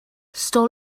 stall